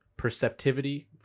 perceptivity